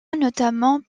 notamment